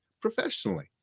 professionally